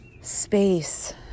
space